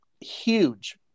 huge